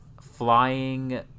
flying